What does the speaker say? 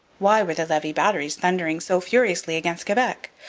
why were the levis batteries thundering so furiously against quebec?